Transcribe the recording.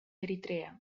eritrea